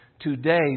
today